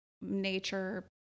nature